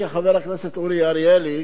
חברי חבר הכנסת אורי אריאל,